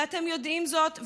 ואתם יודעים זאת,